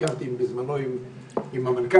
ביקרתי בזמנו עם המנכ"ל,